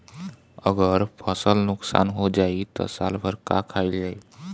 अगर फसल नुकसान हो जाई त साल भर का खाईल जाई